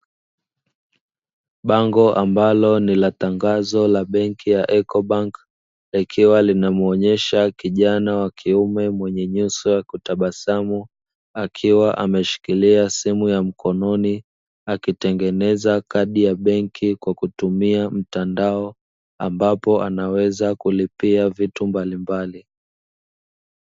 Bango ambalo ni la tangazo la benki ya "Eco bank" likiwa linamuonyesha kijana wa kiume mwenye nyuso ya kutabasamu, akiwa ameshikiria simu ya mkononi akitengeneza kadi ya benki kwa kutumia mtandao ambapo anaweza kulipia vitu mbalimbali.